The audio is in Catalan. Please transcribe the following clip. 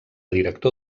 director